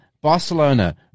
Barcelona